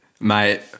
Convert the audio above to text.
Mate